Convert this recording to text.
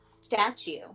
statue